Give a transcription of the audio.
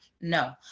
No